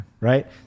Right